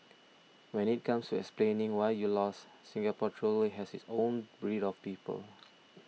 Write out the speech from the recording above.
but when it comes to explaining why you lost Singapore truly has its own breed of people